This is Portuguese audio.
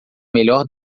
melhor